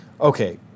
Okay